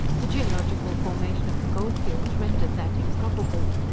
the geological formation of the goldfields rendered that improbable.